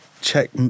check